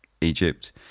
egypt